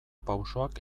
pausoak